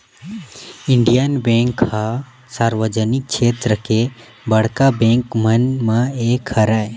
Indian bank ह सार्वजनिक छेत्र के बड़का बेंक मन म एक हरय